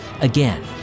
Again